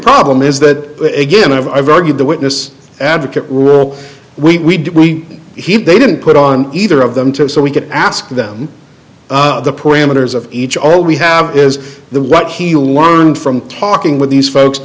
problem is that again i've argued the witness advocate rule we heap they didn't put on either of them to so we could ask them the parameters of each all we have is the what he learned from talking with these folks